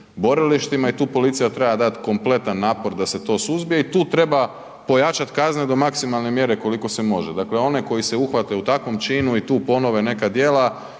i tu policija treba dati kompletan napor da se to suzbije i tu treba pojačati kazne do maksimalne mjere koliko se može. Dakle, oni koji se uhvate u takvom činu i tu ponove neka djela,